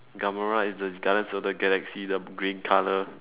gamora is the guardians of the galaxy the green colour